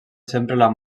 sempre